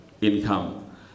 income